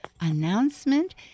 announcement